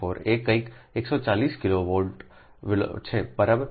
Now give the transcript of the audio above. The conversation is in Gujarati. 4 એ આ કંઈક 140 કિલોવોટ છે બરાબર